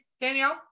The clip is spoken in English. danielle